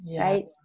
Right